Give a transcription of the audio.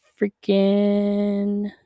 Freaking